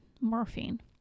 morphine